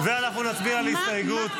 אנחנו נצביע על הסתייגויות?